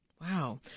Wow